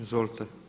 Izvolite.